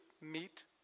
meet